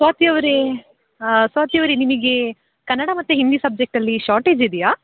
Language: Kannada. ಸ್ವಾತಿಯವರೆ ಸ್ವಾತಿಯವರೆ ನಿಮಗೆ ಕನ್ನಡ ಮತ್ತು ಹಿಂದಿ ಸಬ್ಜೆಕ್ಟಲ್ಲಿ ಶಾರ್ಟೇಜ್ ಇದೆಯಾ